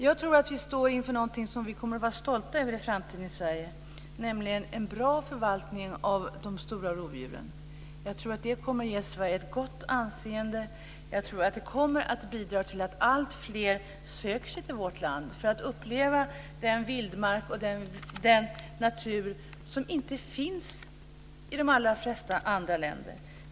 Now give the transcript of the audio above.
Jag tror att vi står inför någonting som vi kommer att vara stolta över i framtiden i Sverige, nämligen en bra förvaltning av de stora rovdjuren. Jag tror att detta kommer att ge Sverige ett gott anseende och jag tror att det kommer att bidra till att alltfler söker sig till vårt land för att uppleva den vildmark och den natur som inte finns i de allra flesta andra länder.